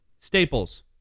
Staples